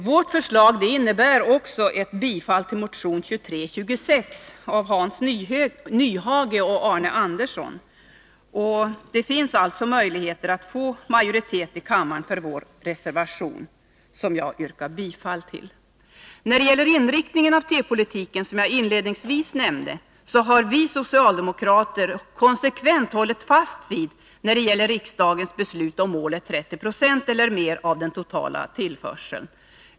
Vårt förslag innebär också bifall till motion 2326 av Hans Nyhage och Arne Andersson. Det finns alltså möjlighet att få majoritet i kammaren för vår reservation, som jag yrkar bifall till. Inriktningen av tekopolitiken som jag inledningsvis nämnde har vi socialdemokrater konsekvent hållit fast vid när det gäller riksdagens beslut om målet 30 96 eller mer av den totala tillförseln.